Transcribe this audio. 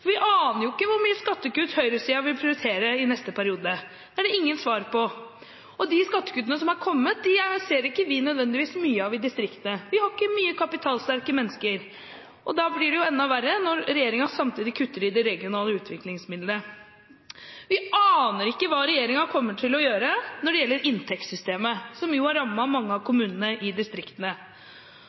aner ikke hvor mye skattekutt høyresiden vil prioritere i neste periode. Det er det ingen svar på. De skattekuttene som har kommet, ser ikke vi nødvendigvis mye til i distriktet, vi har ikke mange kapitalsterke mennesker. Da blir det enda verre når regjeringen samtidig kutter i de regionale utviklingsmidlene. Vi aner ikke hva regjeringen kommer til å gjøre når det gjelder inntektssystemet, som har rammet mange av kommunene i distriktene.